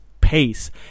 pace